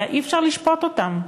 ואי-אפשר לשפוט אותם.